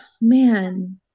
man